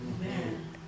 Amen